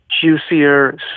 Juicier